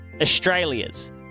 Australias